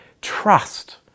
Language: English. trust